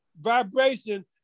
vibration